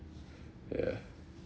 ya